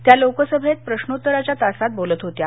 त्या लोकसभेत प्रश्नोत्तराच्या तासात बोलत होत्या